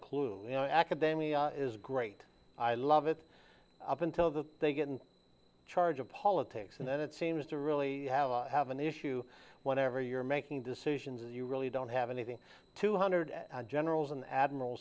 clue no academic is great i love it up until the they get in charge of politics and then it seems to really have a have an issue whenever you're making decisions you really don't have anything two hundred generals and admiral